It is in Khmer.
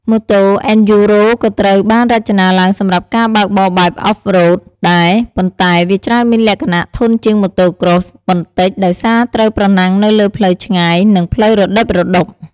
ម៉ូតូ អេនឌ្យូរ៉ូ (Enduro) ក៏ត្រូវបានរចនាឡើងសម្រាប់ការបើកបរបែប Off-road ដែរ ប៉ុន្តែវាច្រើនមានលក្ខណៈធន់ជាង Motocross បន្តិច ដោយសារត្រូវប្រណាំងនៅលើផ្លូវឆ្ងាយ និងផ្លូវរដិករដុប។